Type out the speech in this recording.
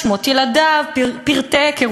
יש גם אלפי סטודנטים שמתחילים ולומדים